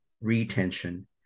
retention